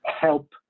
help